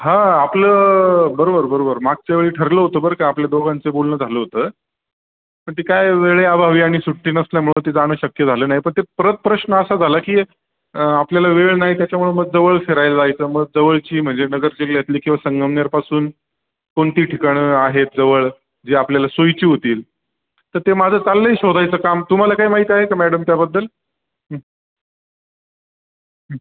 हां आपलं बरोबर बरोबर मागच्या वेळी ठरलं होतं बरं का आपल्या दोघांचं बोलणं झालं होतं पण ते काय वेळेअभावी आणि सुट्टी नसल्यामुळं ते जाणं शक्य झालं नाही पण ते परत प्रश्न असा झाला की आपल्याला वेळ नाही त्याच्यामुळं मग जवळ फिरायला जायचं मग जवळची म्हणजे नगर जिल्ह्यातली किंवा संगमनेरपासून कोणती ठिकाणं आहेत जवळ जी आपल्याला सोयीची होतील तर ते माझं चाललं आहे शोधायचं काम तुम्हाला काही माहीत आहे का मॅडम त्याबद्दल हं हं